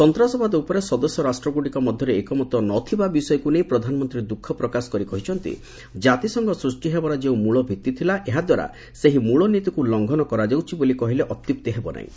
ସନ୍ତାସବାଦ ଉପରେ ସଦସ୍ୟ ରାଷ୍ଟ୍ରଗୁଡ଼ିକ ମଧ୍ୟରେ ଏକମତ ନଥିବା ବିଷୟକୁ ନେଇ ପ୍ରଧାନମନ୍ତ୍ରୀ ଦୁଃଖ ପ୍ରକାଶ କରି କହିଛନ୍ତି ଜାତିସଂଘ ସୃଷ୍ଟି ହେବାର ଯେଉଁ ମୂଳଭିତ୍ତି ଥିଲା ଏହାଦ୍ୱାରା ସେହି ମୂଳ ନୀତିକୁ ଲଙ୍ଘନ କରାଯାଉଛି ବୋଲି କହିଲେ ଅତ୍ୟୁକ୍ତି ହେବ ନାହିଁ